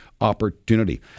opportunity